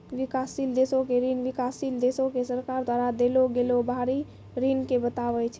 विकासशील देशो के ऋण विकासशील देशो के सरकार द्वारा देलो गेलो बाहरी ऋण के बताबै छै